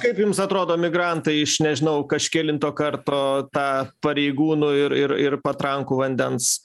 kaip jums atrodo migrantai iš nežinau kažkelinto karto tą pareigūnų ir ir ir patrankų vandens